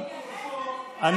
"דמו בראשו" זה לא מונח,